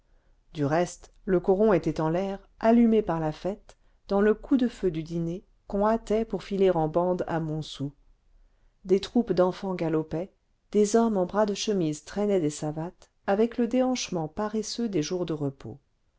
du reste le coron était en l'air allumé par la fête dans le coup de feu du dîner qu'on hâtait pour filer en bandes à montsou des troupes d'enfants galopaient des hommes en bras de chemise traînaient des savates avec le déhanchement paresseux des jours de repos